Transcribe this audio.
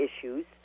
issues